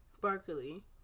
Berkeley